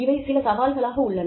இவை சில சவால்களாக உள்ளன